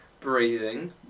breathing